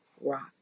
rock